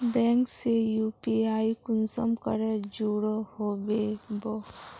Bank से UPI कुंसम करे जुड़ो होबे बो?